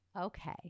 Okay